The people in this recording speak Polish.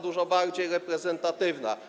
dużo bardziej reprezentatywna.